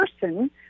person